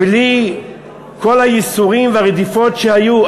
בלי כל הייסורים והרדיפות שהיו.